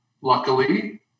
Luckily